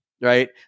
Right